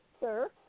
sir